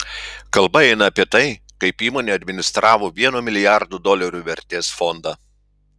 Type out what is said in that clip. kalba eina apie tai kaip įmonė administravo vieno milijardo dolerių vertės fondą